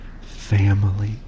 family